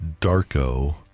Darko